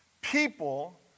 People